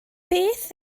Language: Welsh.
beth